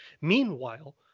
Meanwhile